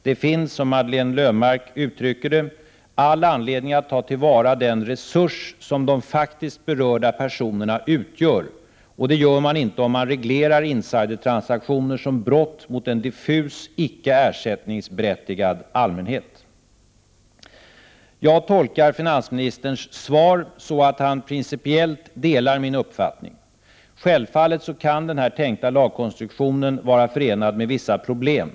Det finns, som Madeleine Löfmarck uttrycker det, ”all anledning att —— —ta till vara den resurs som de faktiskt berörda personerna utgör — och det gör man inte om man reglerar insidertransaktioner som brott mot en diffus, icke ersättningsberättigad allmänhet”. Jag tolkar finansministerns svar så, att han principiellt delar min uppfattning. Självfallet kan den tänkta lagkonstruktionen vara förenad med vissa problem.